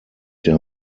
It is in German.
der